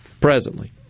presently